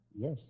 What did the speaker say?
Yes